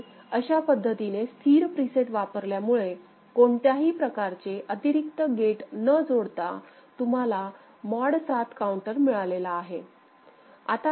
आणि अशा पद्धतीने स्थिर प्रीसेट वापरल्यामुळे कोणत्याही प्रकारचे अतिरिक्त गेट न जोडता तुम्हाला मॉड 7 काऊंटर मिळालेला आहे